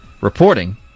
Reporting